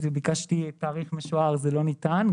כשביקשתי תאריך משוער זה לא ניתן,